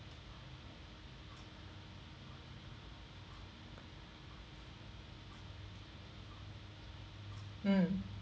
mm